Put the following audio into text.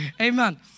Amen